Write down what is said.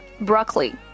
broccoli